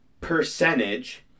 percentage